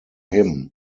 him